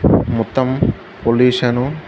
మొత్తం పొల్యూషను